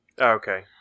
Okay